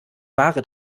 ware